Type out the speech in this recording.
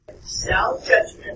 Self-judgment